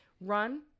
run